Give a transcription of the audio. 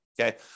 okay